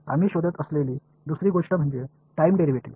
நாம் பார்த்துக்கொண்டிருக்கும் மற்ற விஷயம் டைம் டிரைவேடிவ்